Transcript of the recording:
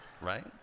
right